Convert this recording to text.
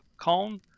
cone